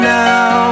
now